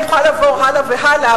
אני מוכרחה לעבור הלאה והלאה,